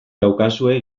daukazue